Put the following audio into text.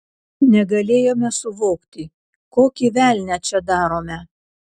negalėjome suvokti kokį velnią čia darome